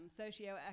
socioeconomic